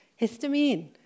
histamine